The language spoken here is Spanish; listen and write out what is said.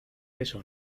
eso